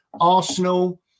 Arsenal